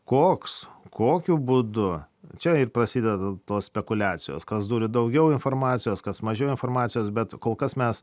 koks kokiu būdu čia ir prasideda tos spekuliacijos kas turi daugiau informacijos kas mažiau informacijos bet kol kas mes